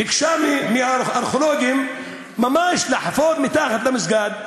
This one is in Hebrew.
ביקשה מהארכיאולוגים ממש לחפור מתחת למסגד.